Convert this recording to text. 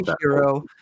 hero